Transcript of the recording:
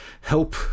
help